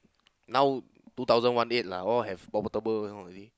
now two thousand one eight lah all have portable you know already